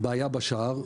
בעיה בשער,